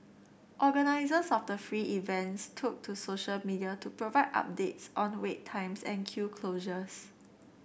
organisers of the free events took to social media to provide updates on wait times and queue closures